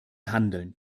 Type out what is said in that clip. handeln